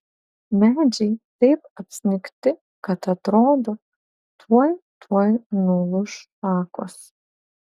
medžiai taip apsnigti kad atrodo tuoj tuoj nulūš šakos